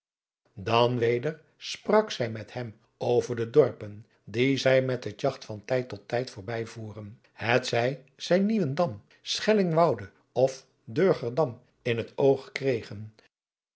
dan weder sprak zij met hem over de dorpen die zij met het jagt van tijd tot tijd voorbijvoeren het zij zij nieuwendam schellingwoude of durgerdam in het oog kregen